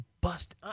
bust